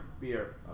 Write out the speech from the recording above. beer